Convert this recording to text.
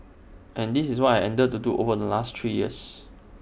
and this is what I've endeavoured to do over the last three years